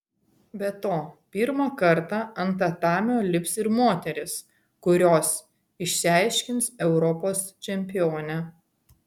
be to pirmą kartą ant tatamio lips ir moterys kurios išsiaiškins europos čempionę